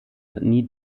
nie